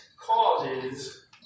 causes